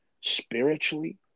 spiritually